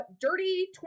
Dirty